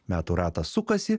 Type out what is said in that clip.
metų ratas sukasi